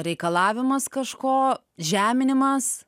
reikalavimas kažko žeminimas